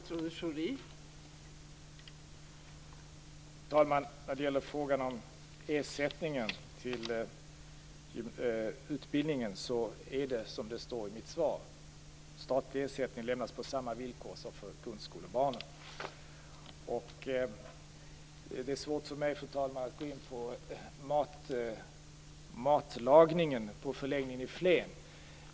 Fru talman! När det gäller frågan om ersättningen till utbildningen är det som det står i mitt svar: Statlig ersättning lämnas på samma villkor som för grundskolebarnen. Det är svårt för mig, fru talman, att gå in på matlagningen på förläggningen i Flen.